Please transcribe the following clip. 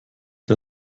der